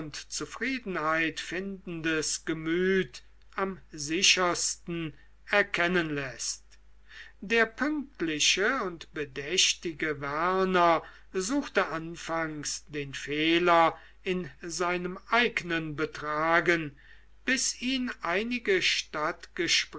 zufriedenheit findendes gemüt am sichersten erkennen läßt der pünktliche und bedächtige werner suchte anfangs den fehler in seinem eigenen betragen bis ihn einige